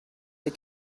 der